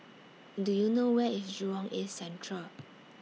Do YOU know Where IS Jurong East Central